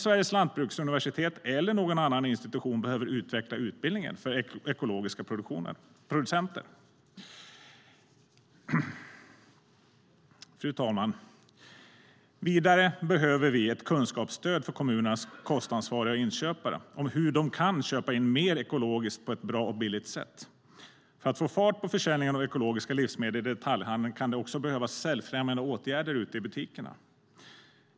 Sveriges lantbruksuniversitet eller någon annan institution behöver utveckla en utbildning för ekologiska producenter. Vidare behövs ett kunskapsstöd för kommunernas kostansvariga och inköpare om hur de kan köpa in mer ekologiskt på ett bra och billigt sätt. För att få fart på försäljningen av ekologiska livsmedel i detaljhandeln kan det behövas säljfrämjande åtgärder i butikerna.